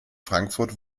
frankfurt